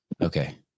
Okay